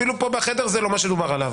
אפילו פה בחדר זה לא מה שדובר עליו.